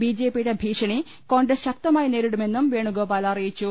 B J P യുടെ ഭീഷണി കോൺഗ്രസ് ശക്തമായി നേരിടുമെന്നും വേണുഗോപാൽ അറിയിച്ചു